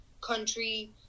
country